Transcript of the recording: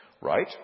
right